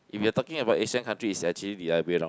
if you're talking about Asia country is actually the other way lor